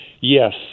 Yes